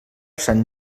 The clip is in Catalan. sant